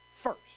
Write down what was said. first